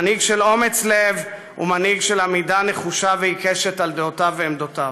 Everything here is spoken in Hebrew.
מנהיג של אומץ לב ומנהיג של עמידה נחושה ועיקשת על דעותיו ועמדותיו.